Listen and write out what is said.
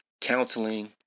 counseling